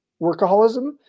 workaholism